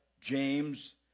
James